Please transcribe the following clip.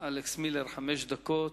אלכס מילר, חמש דקות.